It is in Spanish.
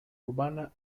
urbana